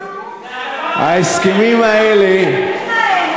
ההסכמים האלה,